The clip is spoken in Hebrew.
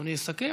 אדוני יסכם?